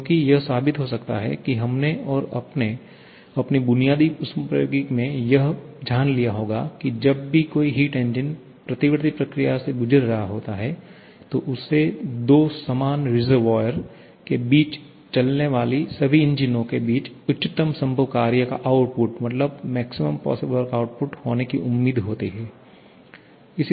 क्योंकि यह साबित हो सकता है कि हमने और आपने अपने बुनियादी ऊष्मप्रवैगिकी में यह जान लिया होगा कि जब भी कोई हीट इंजन प्रतिवर्ती प्रक्रिया से गुजर रहा होता है तो उससे दो समान रिसर्वोयर के बीच चलने वाले सभी इंजनों के बीच उच्चतम संभव कार्य का आउटपुट होने की उम्मीद होती है